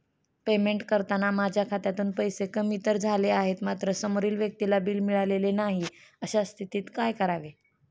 Payment करताना माझ्या खात्यातून पैसे कमी तर झाले आहेत मात्र समोरील व्यक्तीला बिल मिळालेले नाही, अशा स्थितीत काय करावे?